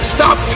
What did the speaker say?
Stop